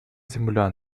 земля